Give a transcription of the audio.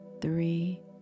three